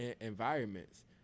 environments